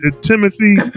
Timothy